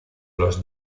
los